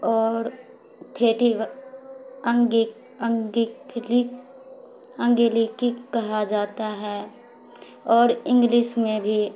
اور تھیٹھی انگک انگکلی انگلکی کہا جاتا ہے اور انگلش میں بھی